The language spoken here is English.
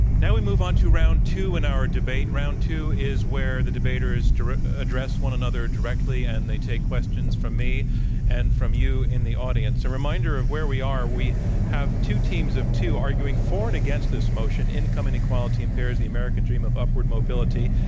now we move on to round two in our debate. round two is where the debaters address one another directly, and they take questions from me and from you in the audience. a reminder of where we are. we have two teams of two arguing for and against this motion income inequality impairs the american dream of upward mobility.